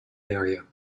area